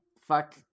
fuck